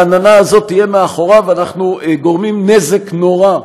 העננה הזאת תהיה מאחוריו, אנחנו גורמים נזק נורא,